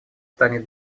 станет